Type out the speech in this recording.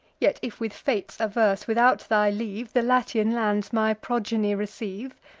yet, if with fates averse, without thy leave, the latian lands my progeny receive,